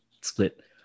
split